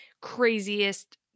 craziest